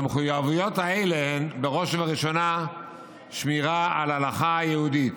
המחויבויות האלה הן בראש ובראשונה שמירה על ההלכה היהודית,